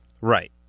right